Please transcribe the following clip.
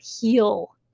heal